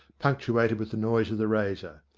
punctuated with the noise of the razor,